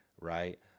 right